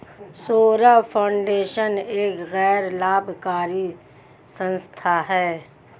Saurabh Foundation एक गैर लाभकारी संस्था है